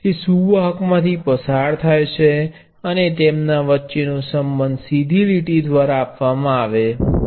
જે સુવાહક માંથી પ્રવાહ પસાર થાય છે અને તેમના વચ્ચે નો સંબંધ સીધી લીટી દ્વારા આપવામાં આવે છે